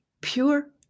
pure